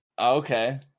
Okay